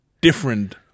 different